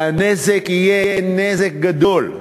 והנזק יהיה נזק גדול,